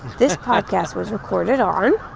this podcast was recorded on.